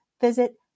visit